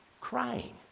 crying